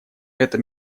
это